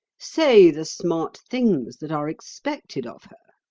say the smart things that are expected of her?